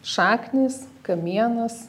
šaknys kamienas